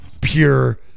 pure